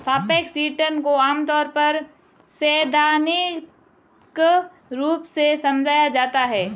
सापेक्ष रिटर्न को आमतौर पर सैद्धान्तिक रूप से समझाया जाता है